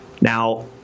Now